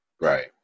Right